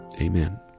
Amen